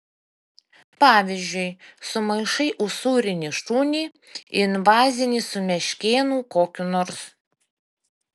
pavyzdžiui sumaišai usūrinį šunį invazinį su meškėnu kokiu nors